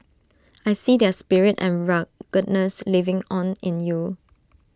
I see their spirit and ruggedness living on in you